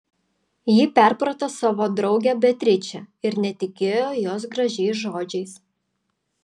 ji perprato savo draugę beatričę ir netikėjo jos gražiais žodžiais